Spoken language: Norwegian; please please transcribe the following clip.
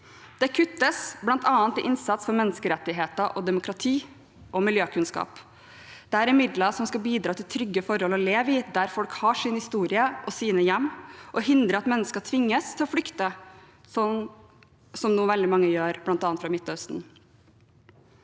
Det kuttes bl.a. i innsats for menneskerettigheter, demokrati og miljøkunnskap. Dette er midler som skal bidra til trygge forhold å leve i der folk har sin historie og sine hjem, og hindre at mennesker tvinges til å flykte, sånn som nå veldig mange gjør, bl.a. fra Midtøsten.